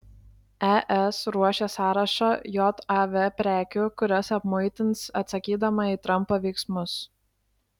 es ruošia sąrašą jav prekių kurias apmuitins atsakydama į trampo veiksmus